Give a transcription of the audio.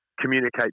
communicate